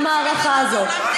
מהמערכה הזאת,